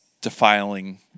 defiling